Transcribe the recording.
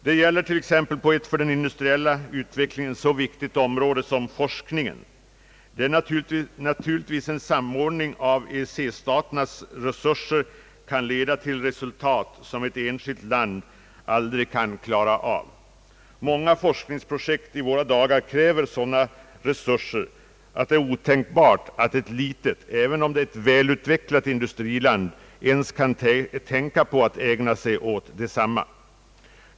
Det gäller t.ex. på ett för den industriella utvecklingen så viktigt område som forskningen, där en samordning av EEC-staternas resurser naturligtvis kan leda till sådana resultat som ett enskilt land aldrig kan nå. Många forskningsprojekt i våra dagar kräver sådana resurser, att det är otänkbart att ett litet land, även om det är ett välutvecklat industriland, ens kan tänka på att ägna sig åt detsamma.